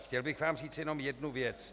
Chtěl bych vám říct jenom jednu věc.